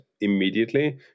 immediately